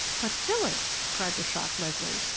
but phyllis! cried the shocked leslie.